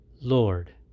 Lord